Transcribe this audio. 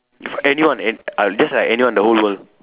if anyone any uh just like anyone in the whole world